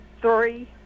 three